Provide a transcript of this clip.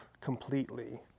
completely